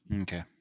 Okay